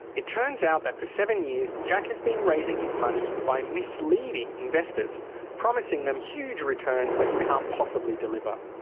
it turns out that for seven years jack has been raising his money by misleading investors promising them huge returns that he can't possibly deliver.